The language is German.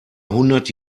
hundert